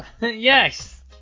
Yes